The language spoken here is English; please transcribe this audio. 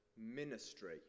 ministry